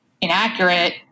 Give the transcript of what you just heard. inaccurate